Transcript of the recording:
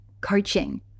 coaching